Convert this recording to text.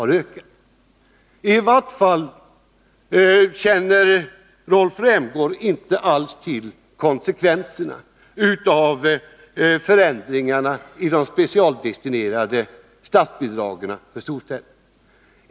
Rolf Rämgård känner tydligen inte alls till konsekvenserna av förändringarna i de specialdestinerade statsbidragen till storstäderna.